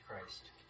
Christ